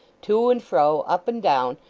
to and fro, up and down,